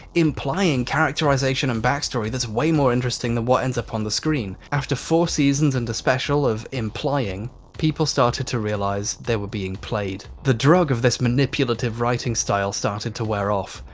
implying characterisation and backstory that's way more interesting than what ends up on the screen. after four seasons and a special of implying people started to realise they were being played. the drug of this manipulative writing style started to wear off.